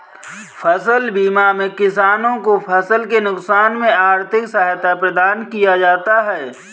फसल बीमा में किसानों को फसल के नुकसान में आर्थिक सहायता प्रदान किया जाता है